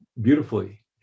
beautifully